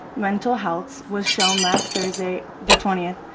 mental health was shown last thursday the twentieth,